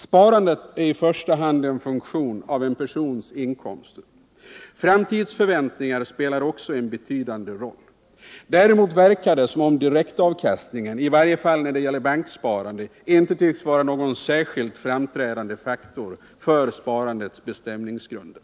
Sparandet är i första hand en funktion av en persons inkomster. Framtidsförväntningar spelar också en betydande roll. Däremot verkar det som om direktavkastningen, i varje fall när det gäller banksparande, inte tycks vara någon särskilt framträdande faktor för sparandets bestämningsgrunder.